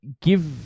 give